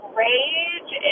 rage